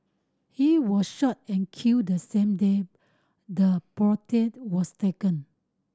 he was shot and killed the same day the portrait was taken